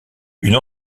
une